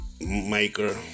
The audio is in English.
Maker